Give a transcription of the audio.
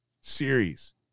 series